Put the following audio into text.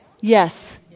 Yes